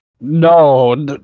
no